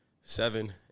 seven